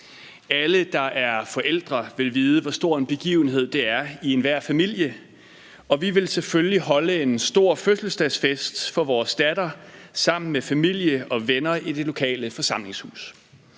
Alle, der er forældre, vil vide, hvor stor en begivenhed det er i enhver familie, og vi ville selvfølgelig holde en stor fødselsdagsfest for vores datter sammen med familie og venner i det lokale forsamlingshus.